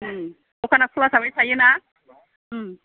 दखाना खुला थाबाय थायोना